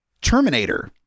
terminator